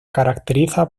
caracteriza